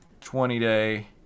20-day